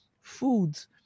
foods